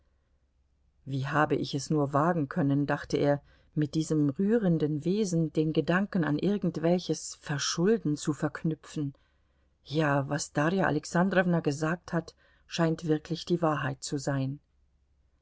wie habe ich es nur wagen können dachte er mit diesem rührenden wesen den gedanken an irgendwelches verschulden zu verknüpfen ja was darja alexandrowna gesagt hat scheint wirklich die wahrheit zu sein